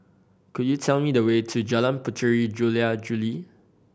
could you tell me the way to Jalan Puteri Jula Juli